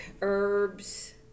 herbs